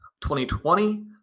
2020